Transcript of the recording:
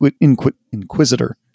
inquisitor